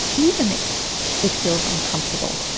even if it feels uncomfortable?